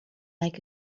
like